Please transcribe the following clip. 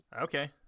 Okay